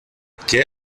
qué